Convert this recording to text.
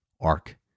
ark